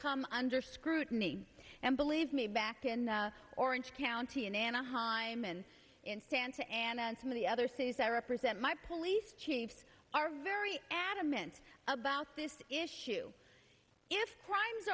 come under scrutiny and believe me back in orange county in anaheim and in santa ana and some of the other things that represent my police chiefs are very adamant about this issue if crimes